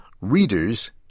Readers